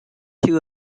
two